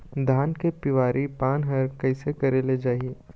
धान के पिवरी पान हर कइसे करेले जाही?